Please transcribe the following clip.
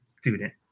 student